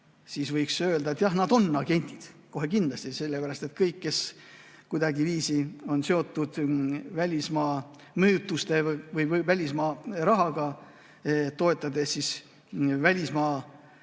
siis võiks öelda, et jah, nad on agendid kohe kindlasti. Sellepärast et kõiki, kes kuidagiviisi on seotud välismaa mõjutuste või välismaa rahaga, toetades välismaa